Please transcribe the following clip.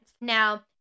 Now